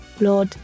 Lord